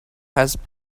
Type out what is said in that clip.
has